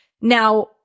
Now